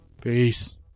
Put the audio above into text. Peace